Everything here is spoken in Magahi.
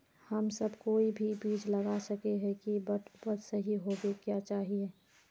हम सब कोई भी बीज लगा सके ही है बट उपज सही होबे क्याँ चाहिए?